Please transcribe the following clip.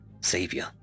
savior